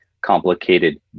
complicated